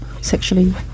sexually